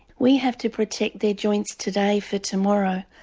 we have to protect their joints today for tomorrow.